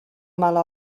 mala